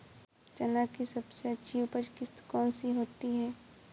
चना की सबसे अच्छी उपज किश्त कौन सी होती है?